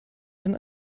denn